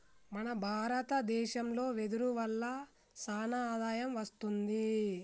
మన భారత దేశంలో వెదురు వల్ల సానా ఆదాయం వస్తుంది